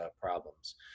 problems